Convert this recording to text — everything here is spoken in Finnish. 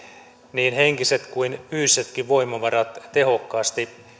niin henkiset kuin fyysisetkin voimavarat tehokkaasti